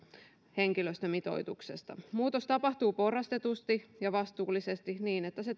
henkilöstömitoituksesta muutos tapahtuu porrastetusti ja vastuullisesti niin että se